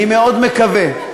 אני מאוד מקווה,